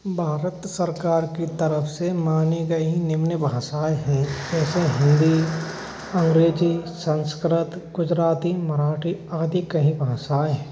भारत सरकार की तरफ से मानी गई निम्न भाषाएँ हैं जैसे हिंदी अंग्रेजी संस्कृत गुजराती मराठी आदि कई भाषाएँ है